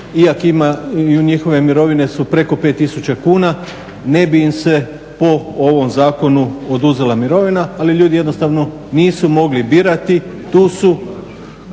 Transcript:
I ako ima, i njihove mirovine su preko 5 tisuća kuna ne bi im se po ovom zakonu oduzela mirovina. Ali ljudi jednostavno nisu mogli birati,